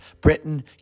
Britain